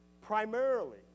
primarily